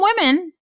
women